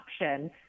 option